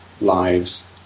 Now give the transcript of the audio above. lives